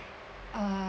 uh